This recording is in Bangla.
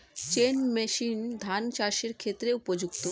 চেইন মেশিন ধান চাষের ক্ষেত্রে উপযুক্ত?